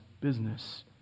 business